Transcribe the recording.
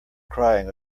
crying